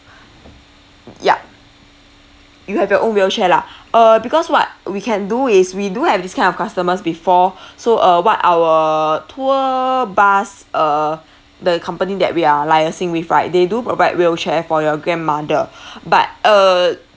yup you have your own wheelchair lah err because what we can do is we do have this kind of customers before so uh what our tour bus err the company that we are liaising with right they do provide wheelchair for your grandmother but err